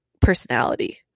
personality